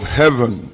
heaven